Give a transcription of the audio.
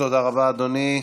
תודה רבה, אדוני.